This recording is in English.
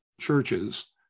churches